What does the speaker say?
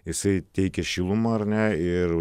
jisai teikia šilumą ar ne ir